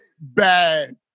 Bad